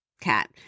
cat